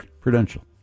Prudential